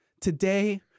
today